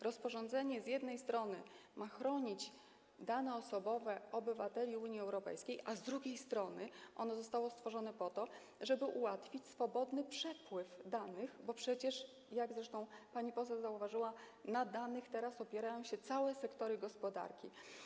Rozporządzenie z jednej strony ma chronić dane osobowe obywateli Unii Europejskiej, a z drugiej strony ono zostało stworzone po to, żeby ułatwić swobodny przepływ danych, bo przecież, jak zresztą pani poseł zauważyła, na danych teraz opierają się całe sektory gospodarki.